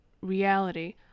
reality